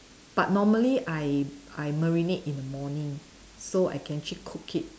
but normally I I marinate in the morning so I can actually cook it